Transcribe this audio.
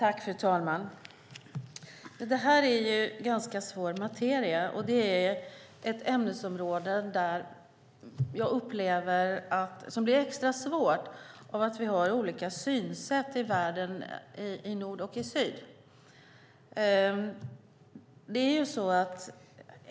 Fru talman! Det här är ganska svår materia, och det är ett ämnesområde som blir extra svårt av att vi har olika i synsätt i nord och syd.